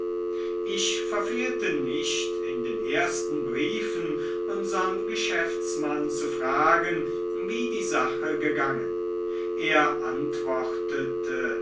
ich verfehlte nicht in den ersten briefen unsern geschäftsmann zu fragen wie die sache gegangen er antwortete